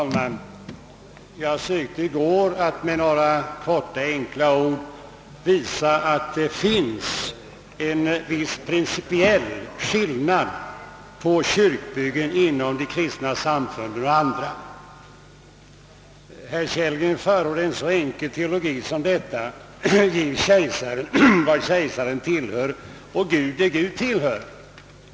Herr talman! Jag sökte i går med några få enkla ord visa att det finns en viss principiell skillnad mellan kyrkbyggen inom de kristna samfunden och andra byggen. Herr Kellgren förordade en så enkel teologi som denna: Ge kejsaren vad kejsaren tillhör och Gud vad Gud tillhör.